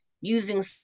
using